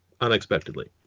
unexpectedly